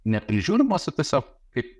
neprižiūrimos o tiesiog kaip